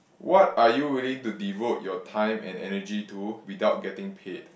what are you willing to devote your time and energy to without getting paid